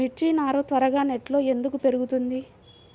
మిర్చి నారు త్వరగా నెట్లో ఎందుకు పెరుగుతుంది?